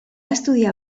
estudiar